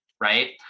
right